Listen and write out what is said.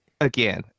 again